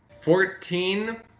Fourteen